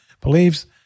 believes